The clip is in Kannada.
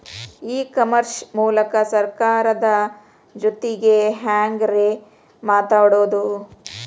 ಇ ಕಾಮರ್ಸ್ ಮೂಲಕ ಸರ್ಕಾರದ ಜೊತಿಗೆ ಹ್ಯಾಂಗ್ ರೇ ಮಾತಾಡೋದು?